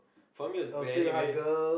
for me was very very